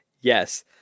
yes